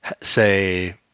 say